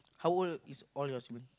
how old is all your sibling